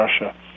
Russia